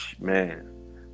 Man